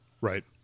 Right